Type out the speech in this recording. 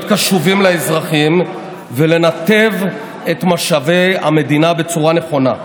להיות קשובים לאזרחים ולנתב את משאבי המדינה בצורה נכונה.